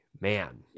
man